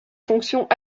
fonctions